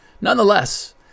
Nonetheless